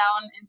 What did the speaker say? down